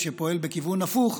שפועל בכיוון הפוך,